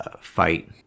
fight